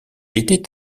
était